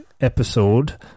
episode